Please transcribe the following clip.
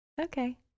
okay